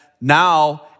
now